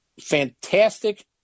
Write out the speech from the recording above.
fantastic